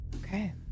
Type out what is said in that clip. Okay